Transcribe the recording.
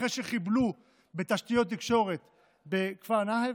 אחרי שחיבלו בתשתיות תקשורת בכפר נחף,